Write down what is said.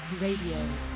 Radio